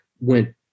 went